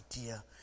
idea